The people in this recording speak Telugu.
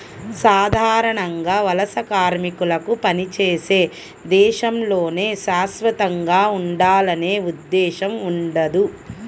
సాధారణంగా వలస కార్మికులకు పనిచేసే దేశంలోనే శాశ్వతంగా ఉండాలనే ఉద్దేశ్యం ఉండదు